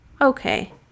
okay